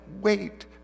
wait